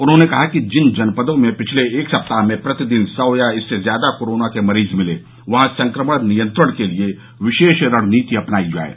उन्होंने कहा कि जिन जनपदों में पिछले एक सप्ताह में प्रतिदिन सौ या इससे ज्यादा कोरोना के मरीज मिले वहां संक्रमण नियंत्रण के लिये विशेष रणनीति अपनाई जाये